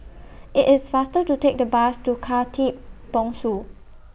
IT IS faster to Take The Bus to Khatib Bongsu